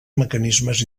mecanismes